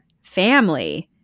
Family